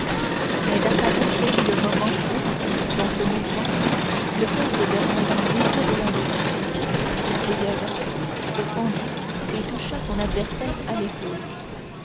mais d'artagnan saisit le moment où dans ce mouvement le fer de bernajoux déviait de la ligne il dégagea se fendit et toucha son adversaire à l'épaule